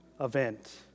event